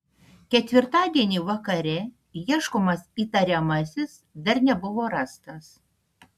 ketvirtadienį vakare ieškomas įtariamasis dar nebuvo rastas